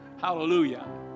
Hallelujah